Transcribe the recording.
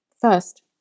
First